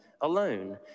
alone